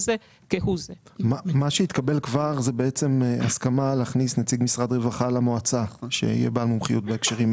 מה שאני מבקש זה שהתנאים האלה מחייבים את המועצה ואת